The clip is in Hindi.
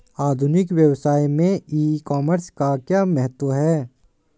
आधुनिक व्यवसाय में ई कॉमर्स का क्या महत्व है?